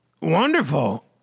wonderful